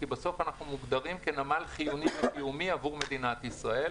כי אנחנו מוגדרים כנמל חיוני וקיומי עבור מדינת ישראל,